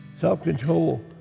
Self-control